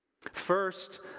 First